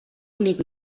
únic